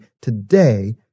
today